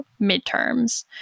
midterms